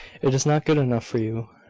it is not good enough for you.